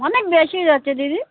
অনেক বেশি যাচ্ছে দিদি